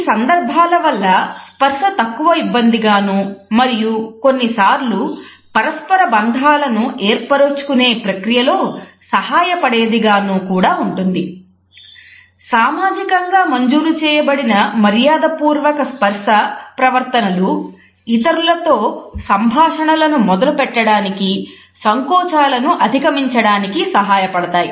ఈ సందర్భాల వల్ల స్పర్శ తక్కువ ఇబ్బందిగానూ మరియు కొన్నిసార్లు పరస్పర బంధాలను ఏర్పరుచుకునే ప్రక్రియలో సహాయపడేదిగాను కూడా ఉంటుంది సామాజికంగా మంజూరు చేయబడిన మర్యాదపూర్వక స్పర్శ ప్రవర్తనలు ఇతరులతో సంభాషణలను మొదలుపెట్టడానికి సంకోచాలను అధిగమించడానికి సహాయపడతాయి